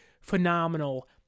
phenomenal